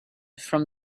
from